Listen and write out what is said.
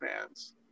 fans